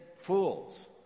fools